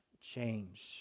change